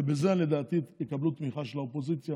ובזה לדעתי יקבלו תמיכה של האופוזיציה